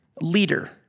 leader